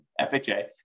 FHA